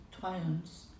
triumphs